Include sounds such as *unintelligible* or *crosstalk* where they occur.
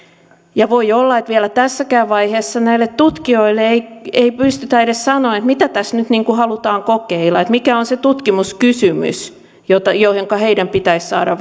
ja voi olla että vielä tässäkään vaiheessa näille tutkijoille ei ei pystytä edes sanomaan mitä tässä nyt halutaan kokeilla mikä on se tutkimuskysymys johon heidän pitäisi saada *unintelligible*